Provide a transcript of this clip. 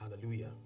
hallelujah